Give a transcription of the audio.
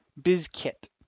Bizkit